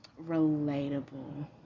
relatable